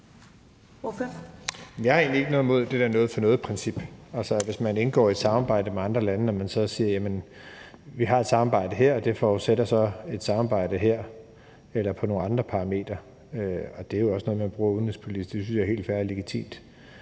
Jeg har egentlig ikke noget imod det der noget for noget-princip, altså så man, hvis man indgår i et samarbejde med andre lande, så siger: Vi har et samarbejde her, og det forudsætter så et samarbejde her eller på nogle andre parametre. Det er jo også noget, man bruger udenrigspolitisk, og det synes jeg er helt fair og legitimt.